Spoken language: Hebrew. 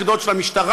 היחידות של המשטרה,